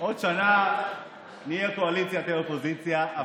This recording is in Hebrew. עוד שנה נהיה קואליציה ואתם אופוזיציה,